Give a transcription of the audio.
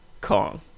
Kong